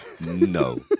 no